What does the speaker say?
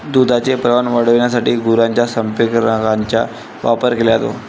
दुधाचे प्रमाण वाढविण्यासाठी गुरांच्या संप्रेरकांचा वापर केला जातो